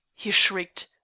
he shrieked,